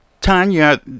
Tanya